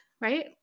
right